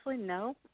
no